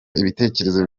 ibitekerezo